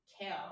kale